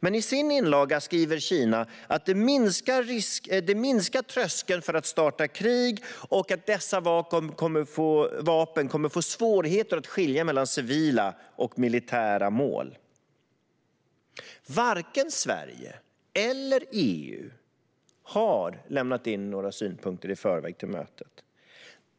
Men i sin inlaga skriver Kina att det minskar tröskeln för att starta krig och att dessa vapen kommer att få svårigheter att skilja mellan civila och militära mål. Varken Sverige eller EU har lämnat in några synpunkter i förväg till mötet.